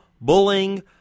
bullying